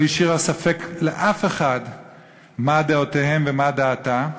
השאירה ספק אצל אף אחד מה דעותיהם ומה דעתה,